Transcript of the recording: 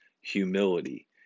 humility